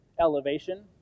elevation